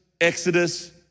Exodus